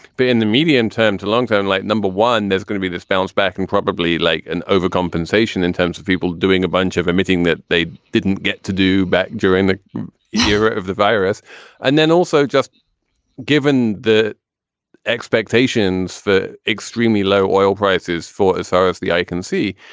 but in the medium term to long term, like number one, there's going to be this bounce back and probably like an overcompensation in terms of people doing a bunch of admitting that they didn't get to do back during the era of the virus and then also just given the expectations, the extremely low oil prices for as far as the eye can see,